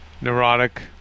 neurotic